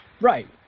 Right